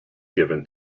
given